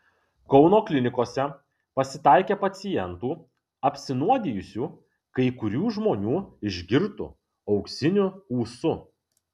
kauno klinikose pasitaikė pacientų apsinuodijusių kai kurių žmonių išgirtu auksiniu ūsu